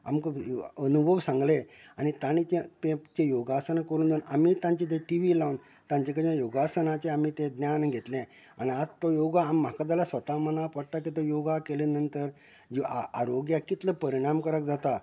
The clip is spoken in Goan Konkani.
आमकां अनुभव सांगलें आनी तांणे जे तें जे योगासन करून आमी तांचे तें टी वी लावन तांचे कडेन योगासनांचे आमी तें ज्ञान घेतले आनी आता तो योगा आम म्हाका जाल्यार स्वता मनांक पडटा की योगा केलें नंतर जी आ आरोग्यांक कितलें परिणामकारक जाता